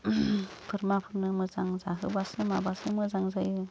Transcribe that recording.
बोरमाफोरनो मोजां जाहोबासो मोजां जायो